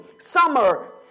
summer